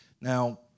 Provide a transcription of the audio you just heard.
Now